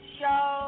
show